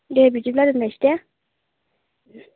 दे बिदिब्ला दोननोसै दे